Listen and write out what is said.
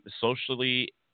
socially